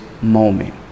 moment